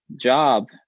job